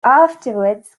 afterwards